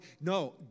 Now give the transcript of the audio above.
No